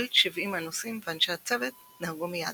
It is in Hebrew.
כל 70 הנוסעים ואנשי הצוות נהרגו מיד.